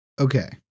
Okay